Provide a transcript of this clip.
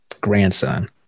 grandson